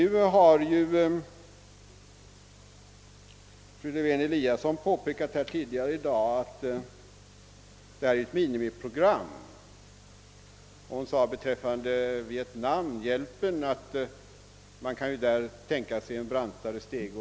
Fru Lewén-Eliasson har tidigare i dag påpekat att detta är ett minimiprogram. Hon sade beträffande vietnambhjälpen att man kan tänka sig en brantare stegring.